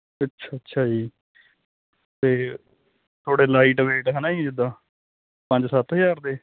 ਅੱਛਾ ਅੱਛਾ ਜੀ ਤੇ ਤੁਹਾਡੇ ਲਾਈਟ ਵੇਟ ਹਨਾ ਜੀ ਜਿੱਦਾਂ ਪੰਜ ਸੱਤ ਹਜ਼ਾਰ ਦੇ